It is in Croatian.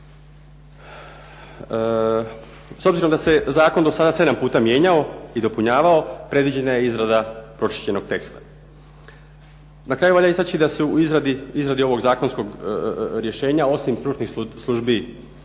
S obzirom da se zakon dosada 7 puta mijenjao i dopunjavao predviđena je izrada pročišćenog teksta. Na kraju valja istaći da su u izradi ovog zakonskog rješenja osim stručnih službi